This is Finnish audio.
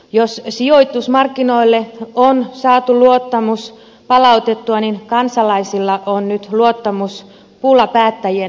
jos sijoitusmarkkinoille on saatu luottamus palautettua niin kansalaisilla on nyt luottamuspula päättäjien tahtotilaan